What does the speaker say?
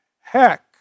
heck